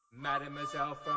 Mademoiselle